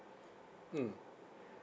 mm